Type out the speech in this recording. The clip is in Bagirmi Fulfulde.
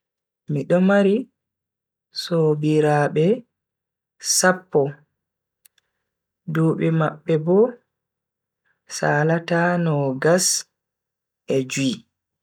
Mido mari sobiraabe sappo, dubi mabbe bo salata nogas e jui.